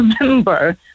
remember